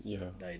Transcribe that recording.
ya